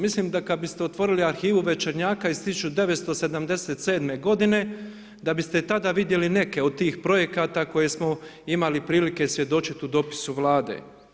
Mislim kada bi otvorili arhivu Večernjaka iz 1977.godine da biste tada vidjeli neke od tih projekata koje smo imali prilike svjedočiti u dopisu Vlade.